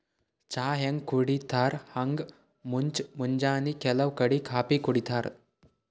ಚಾ ಹ್ಯಾಂಗ್ ಕುಡಿತರ್ ಹಂಗ್ ಮುಂಜ್ ಮುಂಜಾನಿ ಕೆಲವ್ ಕಡಿ ಕಾಫೀ ಕುಡಿತಾರ್